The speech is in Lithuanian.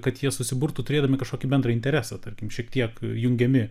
kad jie susiburtų turėdami kažkokį bendrą interesą tarkim šiek tiek jungiami